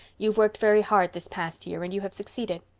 you've worked very hard this past year and you have succeeded.